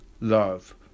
love